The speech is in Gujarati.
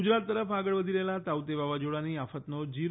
ગુજરાત તરફ આગળ વધી રહેલા તાઉતે વાવાઝોડાની આફતનો ઝીરો